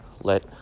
let